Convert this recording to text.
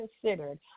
considered